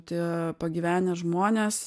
tie pagyvenę žmonės